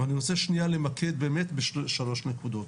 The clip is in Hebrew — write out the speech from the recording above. ואני רוצה שנייה למקד באמת בשלוש נקודות.